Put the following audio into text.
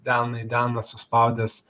ten į delną suspaudęs